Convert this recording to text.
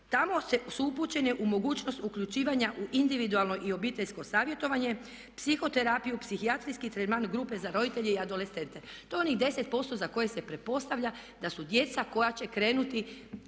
Tamo su upućeni u mogućnost uključivanja u individualno i obiteljsko savjetovanje, psihoterapiju, psihijatrijski tretman grupe za roditelje i adolescente. To je onih 10% za koje se pretpostavlja da su djeca koja će krenuti